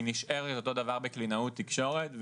היא נשארת אותו דבר בקלינאות תקשורת,